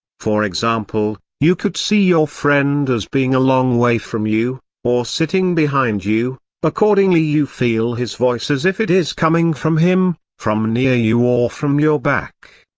for example, you could see your friend as being a long way from you, or sitting behind you accordingly you feel his voice as if it is coming from him, from near you or from your back.